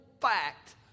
fact